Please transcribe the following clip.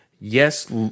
yes